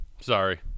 Sorry